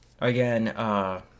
Again